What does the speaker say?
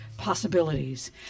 possibilities